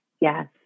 Yes